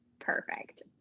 perfect